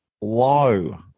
low